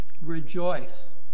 rejoice